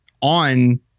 on